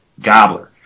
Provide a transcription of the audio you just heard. gobbler